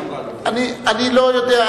היא אמרה, אני לא יודע.